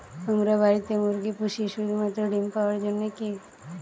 আমরা বাড়িতে মুরগি পুষি শুধু মাত্র ডিম পাওয়ার জন্যই কী?